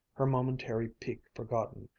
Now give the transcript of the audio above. her momentary pique forgotten,